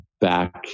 back